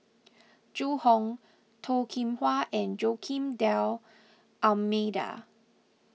Zhu Hong Toh Kim Hwa and Joaquim D'Almeida